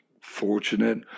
fortunate